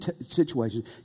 situations